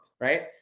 right